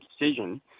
decision